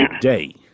day